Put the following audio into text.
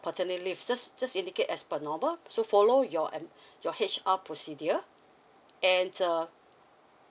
paternity leave just just indicate as per normal so follow your emp~ your H_R procedure and uh